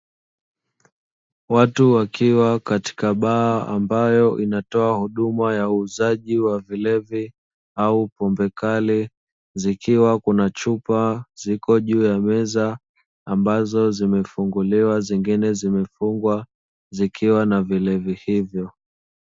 Watu wakiwa katika baa ambayo inatoa huduma ya uuzaji wa vilevi au pombe kali, zikiwa kuna chupa ziko juu ya meza ambazo zimefunguliwa zingine zimefungwa, zikiwa na vilevi hivyo.